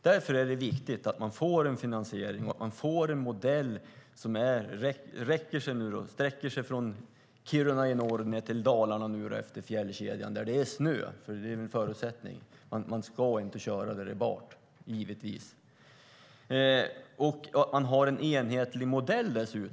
Därför är det viktigt att man får finansiering och att man får en modell som sträcker sig från Kiruna i norr ned till Dalarna efter fjällkedjan där det är snö, för det är ju en förutsättning. Man ska givetvis inte köra där det är barmark. Det är dessutom viktigt att man har en enhetlig modell.